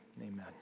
amen